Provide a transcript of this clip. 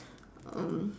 um